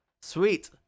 sweet